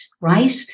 Right